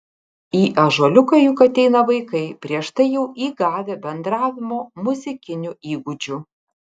į ąžuoliuką juk ateina vaikai prieš tai jau įgavę bendravimo muzikinių įgūdžių